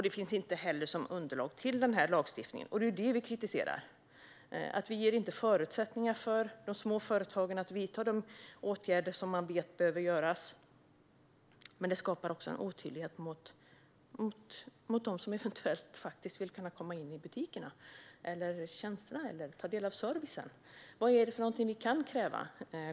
Det finns inte heller som underlag till den här lagstiftningen, och det är det vi kritiserar - vi ger inte de små företagen förutsättningar att vidta de åtgärder som man vet behöver göras. Det skapar också otydlighet mot dem som vill kunna komma in i butikerna eller ta del av tjänsterna eller servicen. Vad är det vi kan kräva?